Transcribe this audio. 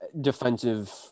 defensive